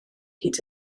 hyd